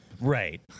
Right